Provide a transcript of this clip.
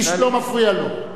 איש לא מפריע לו.